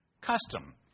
custom